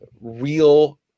real